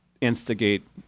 instigate